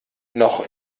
noch